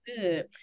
good